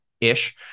ish